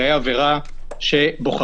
חלק מכלי הטיפול של עו"ס לחוק הוא הנושא של חובת